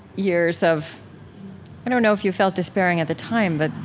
years of i don't know if you felt despairing at the time, but,